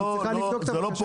קל לבדוק את הבקשה.